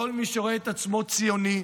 לכל מי שרואה את עצמו ציוני,